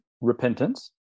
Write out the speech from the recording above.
repentance